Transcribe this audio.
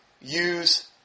use